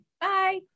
Bye